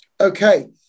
Okay